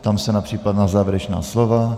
Ptám se na případná závěrečná slova.